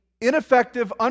ineffective